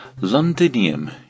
Londinium